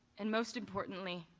and most importantly,